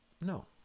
no